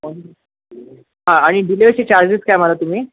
हां आणि डिलेवरीचे चार्जेस काय म्हणाला तुम्ही